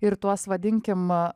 ir tuos vadinkim